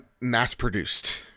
mass-produced